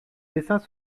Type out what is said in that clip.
dessins